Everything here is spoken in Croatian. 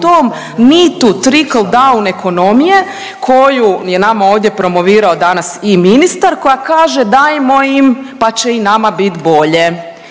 tom mitu trickle-down ekonomije koju je nama ovdje promovirao danas i ministar koja kaže, dajmo im pa će i nama biti bolje.